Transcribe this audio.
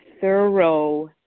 thorough